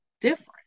different